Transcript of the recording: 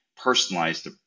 personalized